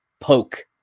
poke